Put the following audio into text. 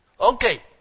Okay